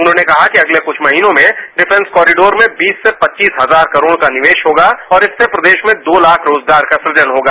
उन्होंने कहा कि अगले कुछ महीनों में डिफेंस कॉरिडोर में बीस से पचीस हजार करोड़ का निवेश होगा और इससे प्रदेश में दो लाख रोजगार का सुजन होगा